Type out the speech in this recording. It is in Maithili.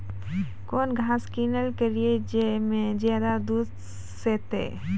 कौन घास किनैल करिए ज मे ज्यादा दूध सेते?